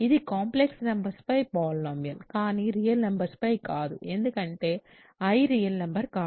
ఇది complex numbers పై polynomial కానీ రియల్ నంబర్స్ లపై కాదు ఎందుకంటే i రియల్ నంబర్ కాదు